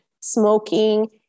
smoking